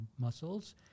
muscles